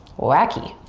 wacky,